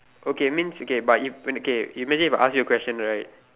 okay means okay but if when okay imagine if I ask you a question right